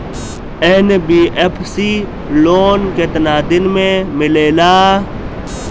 NBFC loan केतना दिन मे मिलेला?